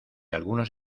algunos